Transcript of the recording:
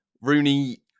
Rooney